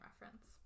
reference